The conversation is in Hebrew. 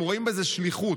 הם רואים בזה שליחות.